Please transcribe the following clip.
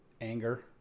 anger